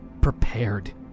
prepared